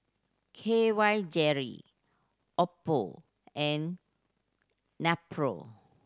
K Y Jelly Oppo and Nepro